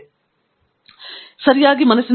ಈ ಬಸ್ಸಿಗೆ ನೀವು ಹೇಗೆ ಬರುತ್ತಿದ್ದೀರಿ